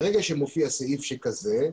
ברגע שמופיע סעיף כזה,